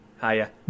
Hiya